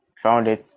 found it